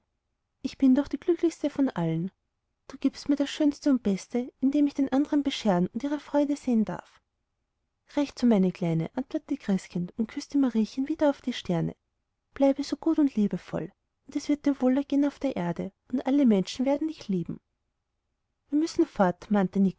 ich bin doch die glücklichste von allen du gibst mir das schönste und beste indem ich den andern bescheren und ihre freude sehen darf recht so meine kleine antwortete christkind und küßte mariechen wieder auf die stirne bleibe so gut und liebevoll und es wird dir wohlgehen auf der erde und alle menschen werden dich lieben wir müssen fort